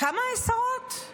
כמה עשרות?